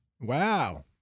Wow